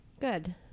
Good